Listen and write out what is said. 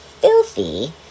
filthy